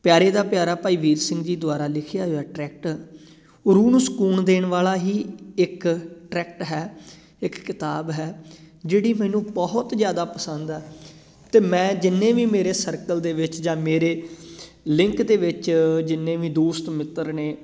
ਪਿਆਰੇ ਦਾ ਪਿਆਰਾ ਭਾਈ ਵੀਰ ਸਿੰਘ ਜੀ ਦੁਆਰਾ ਲਿਖਿਆ ਹੋਇਆ ਟਰੈਕਟ ਰੂਹ ਨੂੰ ਸਕੂਨ ਦੇਣ ਵਾਲਾ ਹੀ ਇੱਕ ਟਰੈਕਟ ਹੈ ਇੱਕ ਕਿਤਾਬ ਹੈ ਜਿਹੜੀ ਮੈਨੂੰ ਬਹੁਤ ਜ਼ਿਆਦਾ ਪਸੰਦ ਆ ਅਤੇ ਮੈਂ ਜਿੰਨੇ ਵੀ ਮੇਰੇ ਸਰਕਲ ਦੇ ਵਿੱਚ ਜਾਂ ਮੇਰੇ ਲਿੰਕ ਦੇ ਵਿੱਚ ਜਿੰਨੇ ਵੀ ਦੋਸਤ ਮਿੱਤਰ ਨੇ